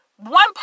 One